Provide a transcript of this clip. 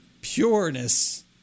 pureness